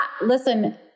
listen